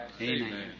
Amen